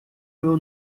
meu